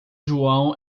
joão